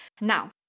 Now